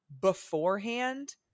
beforehand